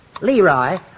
Leroy